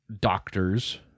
doctors